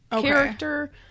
character